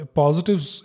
positives